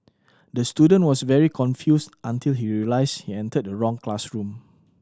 the student was very confused until he realised he entered the wrong classroom